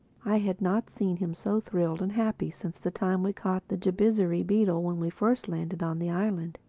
i had not seen him so thrilled and happy since the time we caught the jabizri beetle when we first landed on the island.